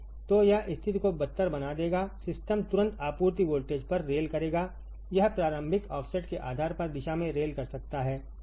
तो यह स्थिति को बदतर बना देगा सिस्टम तुरंत आपूर्ति वोल्टेज पर रेल करेगा यह प्रारंभिक ऑफसेट के आधार पर दिशा में रेल कर सकता है सही